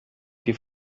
die